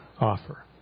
offer